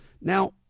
Now